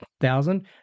thousand